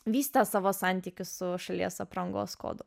vystė savo santykius su šalies aprangos kodo